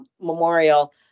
Memorial